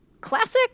classic